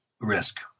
risk